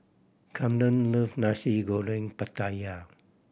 Camron love Nasi Goreng Pattaya